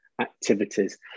activities